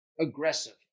aggressive